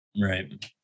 Right